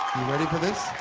ready for this?